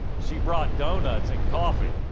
she brought doughnuts and coffee.